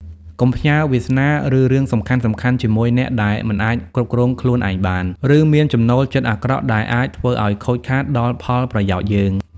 កុំផ្ញើវាសនា ឬរឿងសំខាន់ៗជាមួយអ្នកដែលមិនអាចគ្រប់គ្រងខ្លួនឯងបាន ឬមានចំណូលចិត្តអាក្រក់ដែលអាចធ្វើឱ្យខូចខាតដល់ផលប្រយោជន៍យើង។